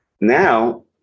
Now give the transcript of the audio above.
Now